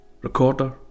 Recorder